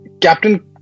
Captain